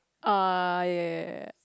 ah yea yea yea